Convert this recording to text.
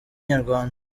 nyarwanda